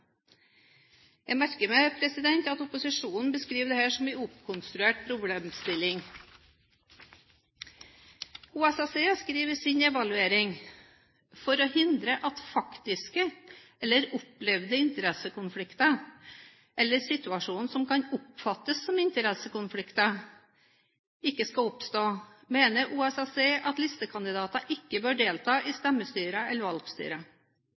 Jeg merker meg at opposisjonen beskriver dette som en oppkonstruert problemstilling. OSSE skriver i sin evaluering: «For å hindre faktiske eller opplevde interessekonflikter, eller situasjoner som kan oppfattes som interessekonflikter, mener OSSE at listekandidater ikke bør kunne delta i